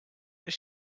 does